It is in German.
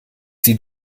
sie